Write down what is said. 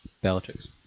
Bellatrix